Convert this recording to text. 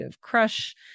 Crush